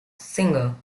singer